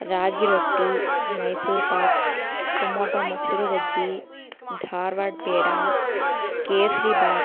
ರಾಗಿರೊಟ್ಟಿ ಮೈಸೂರು ಪಾಕು ಟೊಮೋಟೊ ಮೊಸರು ಬಜ್ಜಿ ಧಾರವಾಡ ಪೇಡಾ ಕೇಸರಿಭಾತು